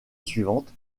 suivante